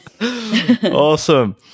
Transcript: awesome